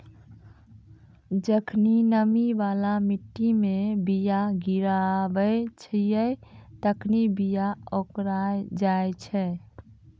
जखनि नमी बाला मट्टी मे बीया गिराबै छिये तखनि बीया ओकराय जाय छै